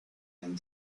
and